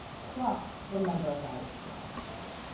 plus the number of values they want to add in.